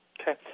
Okay